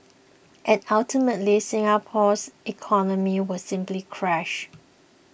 and ultimately Singapore's economy will simply crash